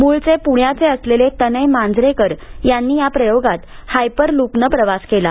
मुळचे प्ण्याचे असलेले तनय मांजरेकर यांनी या प्रयोगात हायपरलूपनं प्रवास केला